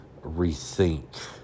rethink